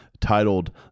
titled